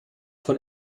von